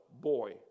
boy